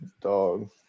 Dog